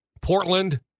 Portland